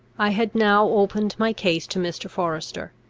i had now opened my case to mr. forester,